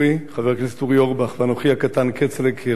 חבר הכנסת אורי אורבך ואנוכי הקטן כצל'ה,